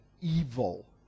evil